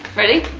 ready?